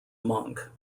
monk